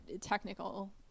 technical